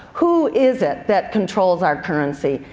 who is it that controls our currency?